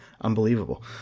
Unbelievable